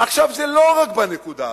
זה לא רק בנקודה הזאת.